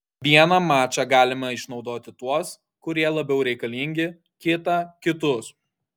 vieną mačą galime išnaudoti tuos kurie labiau reikalingi kitą kitus